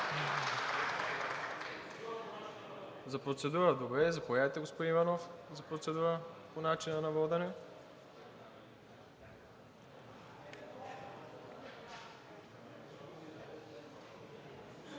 За процедура? Добре. Заповядайте, господин Иванов, за процедура по начина на водене.